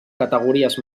categories